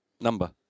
Number